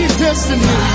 destiny